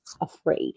afraid